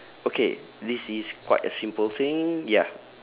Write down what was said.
okay this is quite a simple thing ya